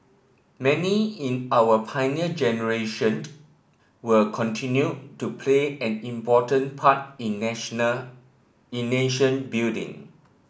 many in our Pioneer Generation will continue to play an important part in national in nation building